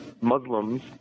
Muslims